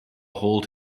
hold